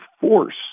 force